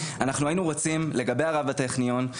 אנחנו היינו רוצים, לגבי רב הטכניון,